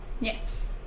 Yes